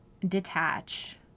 detach